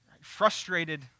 frustrated